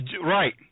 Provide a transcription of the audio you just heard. right